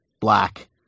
black